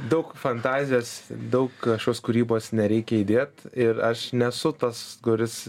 daug fantazijos daug šios kūrybos nereikia įdėt ir aš nesu tas kuris